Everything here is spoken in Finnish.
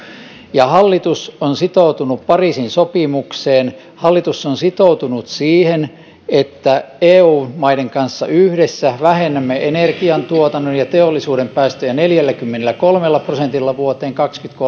ja hallitus on sitoutunut pariisin sopimukseen hallitus on sitoutunut siihen että eu maiden kanssa yhdessä vähennämme energiantuotannon ja teollisuuden päästöjä neljälläkymmenelläkolmella prosentilla vuoteen kaksituhattakolmekymmentä